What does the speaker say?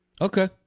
Okay